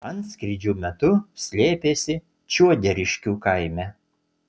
antskrydžių metu slėpėsi čiuoderiškių kaime